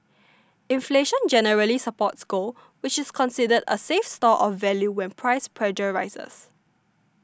inflation generally supports gold which is considered a safe store of value when price pressures rise